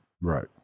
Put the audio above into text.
Right